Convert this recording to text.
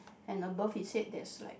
and above his head there's like